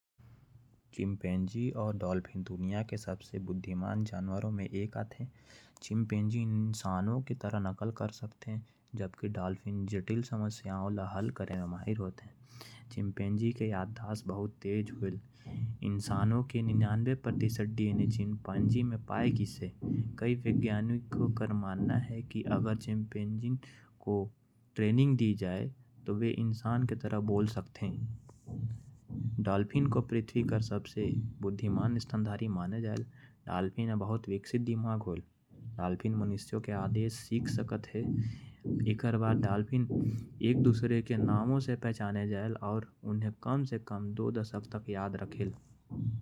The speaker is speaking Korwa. चिम्पांजी और डॉल्फिन दुनिया के बुद्धिमान जानवर में शामिल हैं। चिम्पांजी इंसान के नकल करे में माहिर होयल। जबकि डॉल्फिन जटिल समस्या ला हल करे में होशियार होयल। इंसानों के निन्यानबे प्रतिशत जीन चिम्पांजी में पायल जाए। डॉल्फिन के बुद्धि बहुत तेज होयल। और ओ नाम मन ल एक दशक तक याद करे म सक्षम होयल।